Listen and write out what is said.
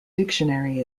dictionary